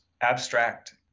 abstract